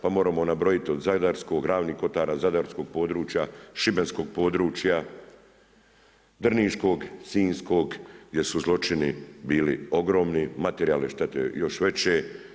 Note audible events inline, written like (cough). Pa moramo nabrojati od … (unintelligible) ravnih kotara, zadarskog područja, šibenskog područja, drniškog, sinjskog, gdje su zločini bili ogromni, materijalne štete još veće.